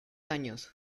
años